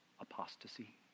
Apostasy